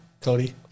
Cody